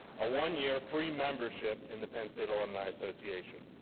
a one year free membership in the penn state alumni association.